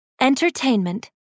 Entertainment